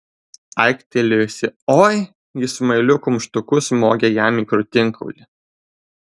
aiktelėjusi oi ji smailiu kumštuku smogė jam į krūtinkaulį